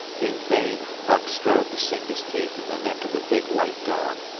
in vain buck strove to sink his teeth in the neck of the big white dog.